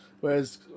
Whereas